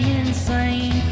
insane